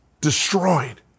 destroyed